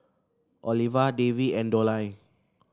Oliva Davey and Dollye